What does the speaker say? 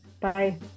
Bye